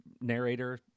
narrator